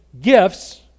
gifts